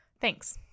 Thanks